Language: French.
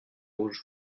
rouge